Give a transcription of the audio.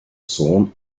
sohn